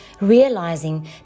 realizing